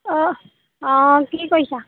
অঁ অঁ কি কৰিছা